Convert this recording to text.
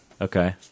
Okay